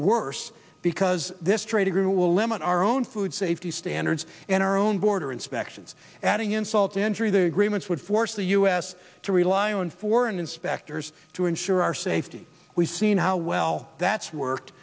worse because this trade agreement will limit our own food safety standards and our own border inspections adding insult to injury the agreements would force the u s to rely on foreign inspectors to ensure our safety we've seen how well that's worked